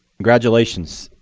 congratulations,